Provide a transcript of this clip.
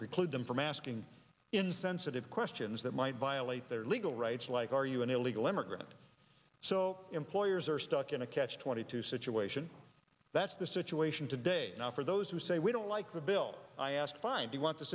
preclude them from asking in sensitive questions that might violate their legal rights like are you an illegal immigrant so employers are stuck in a catch twenty two situation that's the situation today now for those who say we don't like the bill i asked fine